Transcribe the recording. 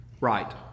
right